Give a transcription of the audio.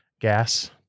gas